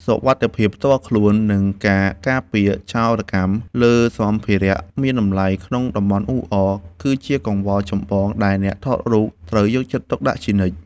សុវត្ថិភាពផ្ទាល់ខ្លួន និងការការពារចោរកម្មលើសម្ភារៈមានតម្លៃក្នុងតំបន់អ៊ូអរ គឺជាកង្វល់ចម្បងដែលអ្នកថតរូបត្រូវយកចិត្តទុកដាក់ជានិច្ច។